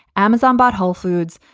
amazon bought wholefoods.